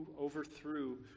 overthrew